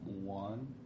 one